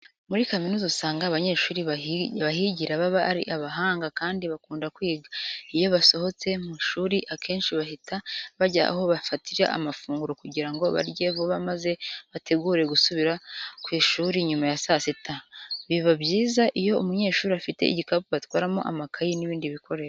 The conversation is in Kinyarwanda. Muri kaminuza usanga abanyeshuri bahigira baba ari abahanga kandi bakunda kwiga. Iyo basohotse mu ishuri akenshi bahita bajya aho bafatira amafunguro kugira ngo barye vuba maze bitegure gusubira ku ishuri nyuma ya saa sita. Biba byiza iyo umunyeshuri afite igikapu atwaramo amakayi n'ibindi bikoresho.